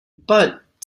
but